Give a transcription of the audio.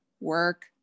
work